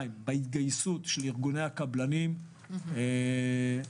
דבר שני, בהתגייסות של ארגוני הקבלנים, ההסתדרות,